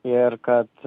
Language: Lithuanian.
ir kad